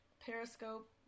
periscope